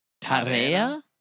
Tarea